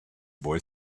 boy